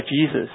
Jesus